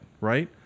right